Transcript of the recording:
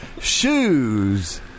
Shoes